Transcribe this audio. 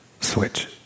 switch